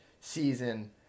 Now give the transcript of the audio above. season